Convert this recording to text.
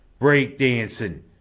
breakdancing